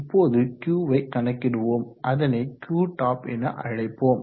இப்போது Q வை கணக்கடுவோம் அதனை Qtop என அழைப்போம்